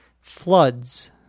floods